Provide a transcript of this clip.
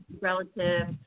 relative